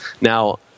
Now